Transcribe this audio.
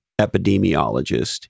epidemiologist